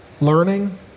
learning